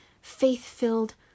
faith-filled